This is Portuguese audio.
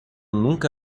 nunca